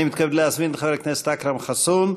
אני מתכבד להזמין את חבר הכנסת אכרם חסון,